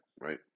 right